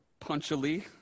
punchily